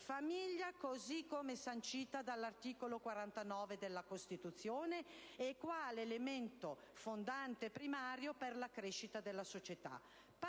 Famiglia, come sancita dall'articolo 29 della Costituzione e quale elemento fondante e primario per la crescita della società;